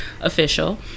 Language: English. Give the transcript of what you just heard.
official